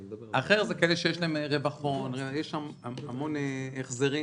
"אחר" זה כאלה שיש להם רווח הון, המון החזרים.